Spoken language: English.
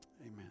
Amen